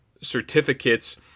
certificates